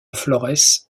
florès